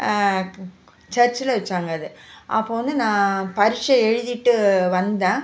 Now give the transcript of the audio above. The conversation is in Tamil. சர்ச்சில் வைச்சாங்க அது அப்போது வந்து நான் பரிட்ச்சை எழுதிவிட்டு வந்தேன்